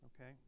Okay